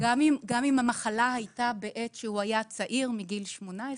המחלה הייתה בעת שהוא היה צעיר מגיל 18,